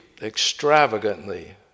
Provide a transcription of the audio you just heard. extravagantly